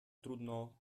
trudno